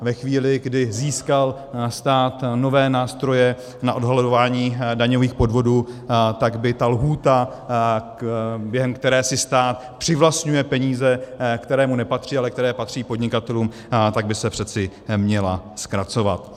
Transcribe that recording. Ve chvíli, kdy získal stát nové nástroje na odhalování daňových podvodů, tak by se lhůta, během které si stát přivlastňuje peníze, které mu nepatří, ale které patří podnikatelům, přeci měla zkracovat.